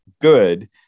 good